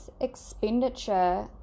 expenditure